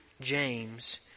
James